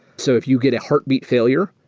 so if you get a heartbeat failure,